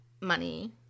money